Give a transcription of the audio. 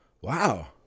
Wow